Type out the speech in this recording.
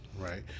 right